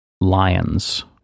Lions